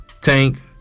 Tank